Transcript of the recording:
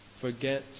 Forget